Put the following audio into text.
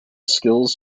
skills